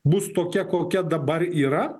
bus tokia kokia dabar yra